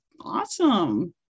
awesome